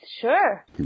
sure